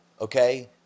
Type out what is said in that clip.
okay